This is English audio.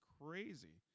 crazy